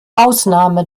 ausnahme